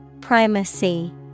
Primacy